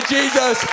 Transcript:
Jesus